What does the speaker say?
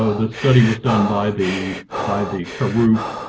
so the study was done by the by the karuk,